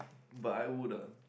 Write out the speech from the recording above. but I would ah